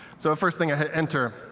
so first thing, i hit enter.